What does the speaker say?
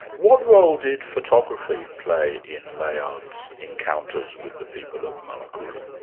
what role did photography play in layard's encounters with the people of malekula?